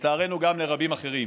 ולצערנו גם לרבים אחרים.